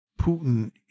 Putin